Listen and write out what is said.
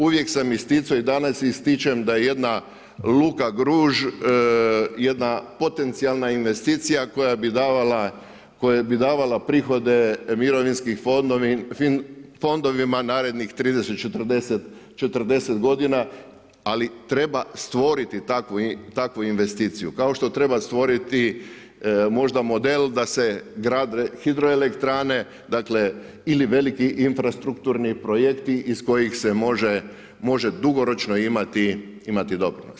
Uvijek sam isticao i danas ističem da jedna Luka Gruž jedna potencijalna investicija koja bi davala prihode mirovinskim fondovima narednih 30, 40 godina, ali treba stvoriti takvu investiciju kao što treba stvoriti možda model da se grade hidroelektrane ili veliki infrastrukturni projekti iz kojih se može dugoročno imati doprinos.